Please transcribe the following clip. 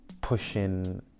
pushing